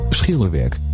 schilderwerk